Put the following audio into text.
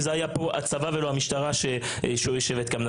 היה פה הצבא ולא המשטרה שיושבת כאן.